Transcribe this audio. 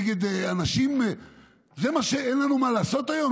אין לנו מה לעשות היום?